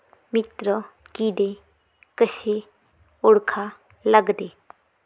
मित्र किडे कशे ओळखा लागते?